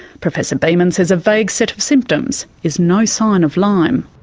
professor beaman says a vague set of symptoms is no sign of lyme.